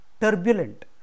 turbulent